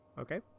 Okay